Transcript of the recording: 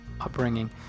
upbringing